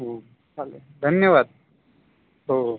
हो चालेल धन्यवाद हो हो